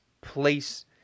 place